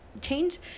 change